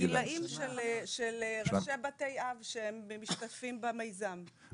הגילים של ראשי בתי האב שמשתתפים במיזם.